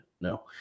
no